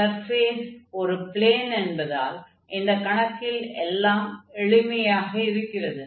surface ஒரு plane என்பதால் இந்தக் கணக்கில் எல்லாம் எளிமையாக இருக்கிறது